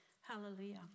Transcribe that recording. Hallelujah